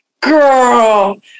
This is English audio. girl